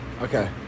Okay